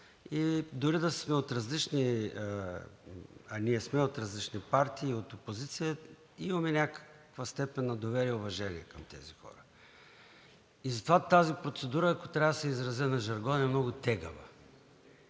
а ние сме от различни партии и от опозиция, имаме в някаква степен доверие и уважение към тези хора. Затова тази процедура, ако трябва да се изразя на жаргон, е много тегава